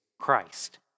Christ